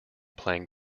playing